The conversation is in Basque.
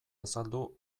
azaldu